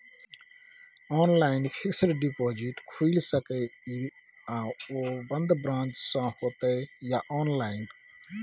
Online fixed deposit खुईल सके इ आ ओ बन्द ब्रांच स होतै या ऑनलाइन?